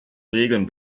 regeln